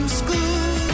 school